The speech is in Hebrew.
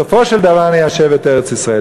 ובסופו של דבר ניישב את ארץ-ישראל.